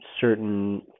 certain